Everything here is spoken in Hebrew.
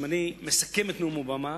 אם אני מסכם את נאום אובמה,